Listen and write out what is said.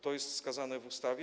To jest wskazane w ustawie.